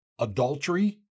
adultery